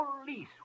Police